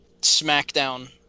SmackDown